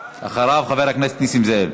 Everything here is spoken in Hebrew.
אחריו, חבר הכנסת נסים זאב.